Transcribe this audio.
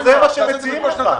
אבל זה מה שמציעים לכם.